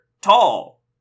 tall